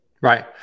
Right